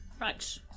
Right